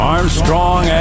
Armstrong